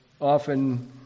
often